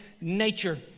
nature